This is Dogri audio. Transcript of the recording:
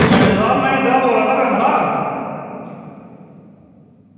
एजैंट साहब में इद्धरा बोल्ला ना पैंथल दा